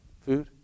food